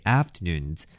afternoons